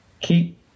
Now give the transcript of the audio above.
keep